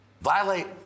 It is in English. violate